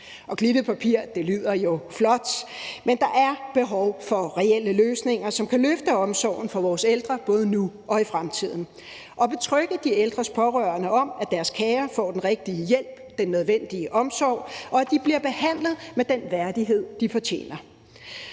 Glittet papir lyder jo flot, men der er behov for reelle løsninger, som kan løfte omsorgen for vores ældre både nu og i fremtiden og betrygge de ældres pårørende om, at deres kære får den rigtige hjælp, den nødvendige omsorg, og at de bliver behandlet med den værdighed, de fortjener.